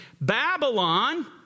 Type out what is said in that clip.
Babylon